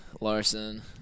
Larson